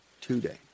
Today